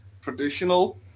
traditional